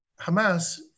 Hamas